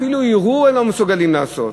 אפילו ערעור הם לא מסוגלים לעשות,